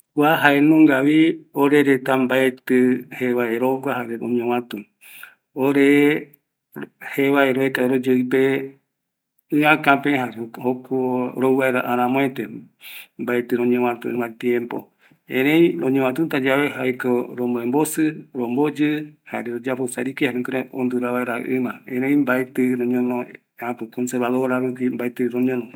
Kua jaenungavi, orereta mbaetɨ jevae rogua jare roñovatu, ore jevae roeka oreyeɨpe ɨakape, jare rouvaera aramoete, mbaetɨ roñovatu ɨma tiempo, erei roñovatuta yave romboembosɨ, romboyɨ jare royapo sariki, jukurai ondura vaera ɨma, erei mbaetɨ roñono conservadora rupi, mbaeti roñono